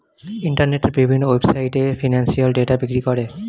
ইন্টারনেটের বিভিন্ন ওয়েবসাইটে এ ফিনান্সিয়াল ডেটা বিক্রি করে